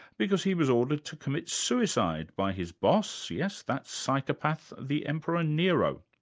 because he was ordered to commit suicide by his boss, yes, that psychopath, the emperor nero.